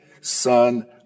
Son